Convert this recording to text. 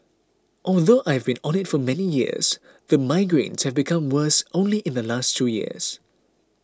although I have been on it for many years the migraines have become worse only in the last two years